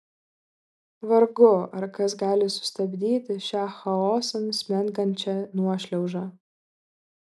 vargu ar kas gali sustabdyti šią chaosan smengančią nuošliaužą